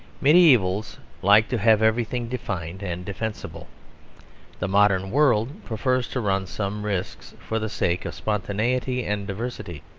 mediaevals liked to have everything defined and defensible the modern world prefers to run some risks for the sake of spontaneity and diversity.